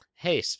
Hey